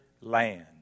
land